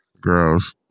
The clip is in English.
Gross